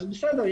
אז בסדר,